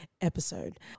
episode